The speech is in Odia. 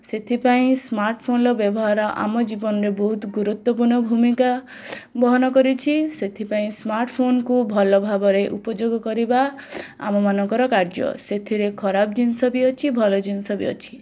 ସେଥିପାଇଁ ସ୍ମାର୍ଟ୍ଫୋନ୍ର ବ୍ୟବହାର ଆମ ଜୀବନରେ ବହୁତ ଗୁରୁତ୍ଵପୂର୍ଣ୍ଣ ଭୂମିକା ବହନ କରିଛି ସେଥିପାଇଁ ସ୍ମାର୍ଟ୍ଫୋନ୍କୁ ଭଲଭାବରେ ଉପଯୋଗ କରିବା ଅମମାନଙ୍କର କାର୍ଯ୍ୟ ସେଥିରେ ଖରାପ ଜିନିଷବି ଅଛି ଭଲ ଜିନିଷବି ଅଛି